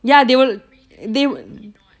ya they will they